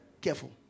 Careful